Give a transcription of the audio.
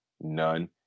None